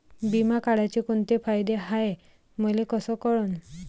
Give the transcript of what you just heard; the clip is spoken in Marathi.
बिमा काढाचे कोंते फायदे हाय मले कस कळन?